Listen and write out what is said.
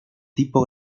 tipo